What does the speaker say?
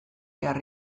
behar